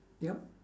yup